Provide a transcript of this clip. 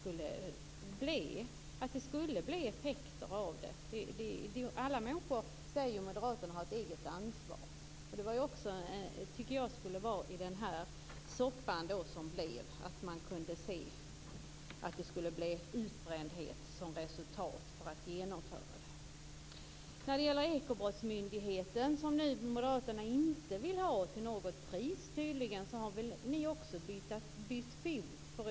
Alla människor har ett eget ansvar, säger moderaterna. Så tycker jag också att det borde vara i den här soppan. Man borde ha kunnat se att utbrändhet skulle bli resultatet av att genomföra detta. När det gäller Ekobrottsmyndigheten, som nu moderaterna tydligen inte vill ha till något pris, har väl ni också bytt fot.